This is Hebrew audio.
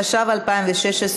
התשע"ו 2016,